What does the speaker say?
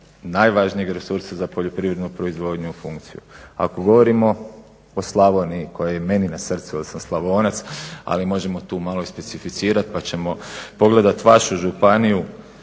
najvažnijeg resursa za poljoprivrednu proizvodnju u funkciju. Ako govorimo o Slavoniji koja je meni na srcu jer sam Slavonac, ali možemo tu malo i specificirat pa ćemo pogledat vašu županiju